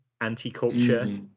anti-culture